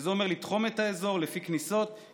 שזה אומר לתחום את האזור לפי כניסות-יציאות,